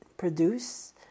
produce